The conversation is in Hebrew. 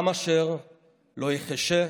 "עם אשר לא יחשה,